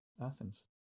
Athens